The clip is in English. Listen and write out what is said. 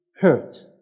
hurt